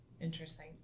Interesting